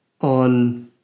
on